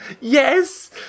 Yes